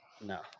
no